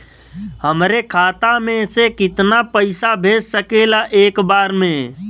हमरे खाता में से कितना पईसा भेज सकेला एक बार में?